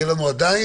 יהיה לנו עדיין